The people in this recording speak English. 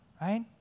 right